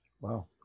wow